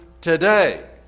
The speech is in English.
today